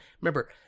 Remember